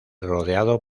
rodeado